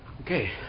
Okay